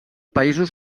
països